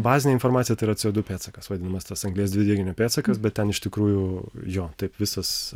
bazinė informacija tai yra co du pėdsakas vadinamas tas anglies dvideginio pėdsakas bet ten iš tikrųjų jo taip visas